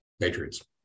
Patriots